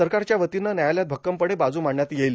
सरकारच्या वतीनं न्यायालयात भक्कमपणे बाजू मांडण्यात येईल